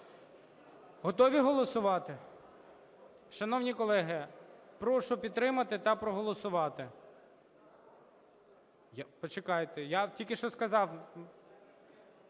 Готові голосувати? Шановні колеги, прошу підтримати та проголосувати.